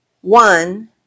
one